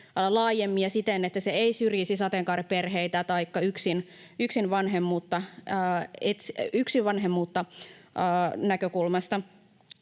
laajemmin ja siten, että se ei syrjisi sateenkaariperheitä taikka yksin vanhemmuutta hakevia.